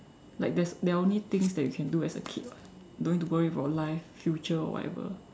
like there's there are only things that you can do as a kid [what] don't need to worry about life future or whatever